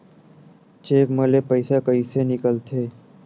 Cheque म ले पईसा कइसे निकलथे?